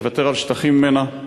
לוותר על שטחים ממנה,